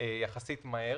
יחסית מהר,